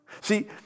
See